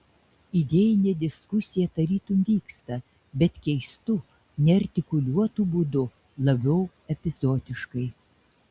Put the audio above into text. idėjinė diskusija tarytum vyksta bet keistu neartikuliuotu būdu labiau epizodiškai